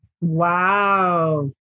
Wow